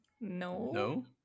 No